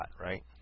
right